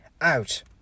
out